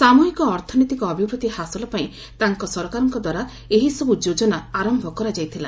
ସାମୁହିକ ଅର୍ଥନୈତିକ ଅଭିବୃଦ୍ଧି ହାସଲ ପାଇଁ ତାଙ୍କ ସରକାର ଦ୍ୱାରା ଏହିସବୁ ଯୋଜନା ଆରମ୍ଭ କରାଯାଇଥିଲା